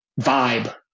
vibe